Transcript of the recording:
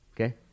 okay